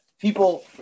people